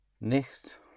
Nicht